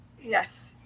Yes